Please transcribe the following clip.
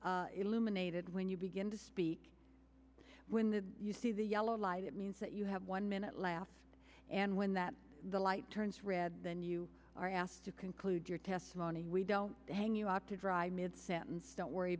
illuminated when you begin to speak when the you see the yellow light it means that you have one minute laugh and when that the light turns red then you are asked to conclude your testimony we don't hang you out to dry mid sentence don't worry